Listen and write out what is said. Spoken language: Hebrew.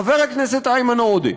חבר הכנסת איימן עודה,